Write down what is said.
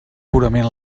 purament